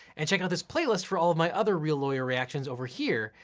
and check out this playlist for all of my other real lawyer reactions over here,